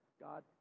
God